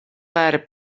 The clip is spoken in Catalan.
per